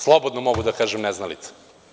Slobodno mogu da kažem neznalica.